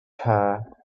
her